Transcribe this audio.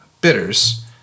bitters